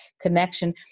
connection